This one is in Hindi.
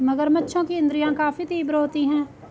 मगरमच्छों की इंद्रियाँ काफी तीव्र होती हैं